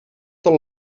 tot